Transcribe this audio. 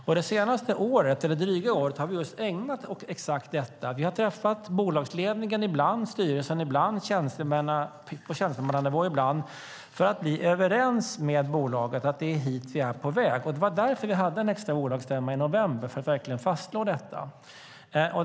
Det drygt senaste året har vi ägnat åt exakt detta. Vi har träffat bolagsledningen ibland, styrelsen ibland och haft möten på tjänstemannanivå ibland för att bli överens med bolaget om att det är hit vi är på väg. Det var för att verkligen fastslå detta som vi hade en extra bolagsstämma i november.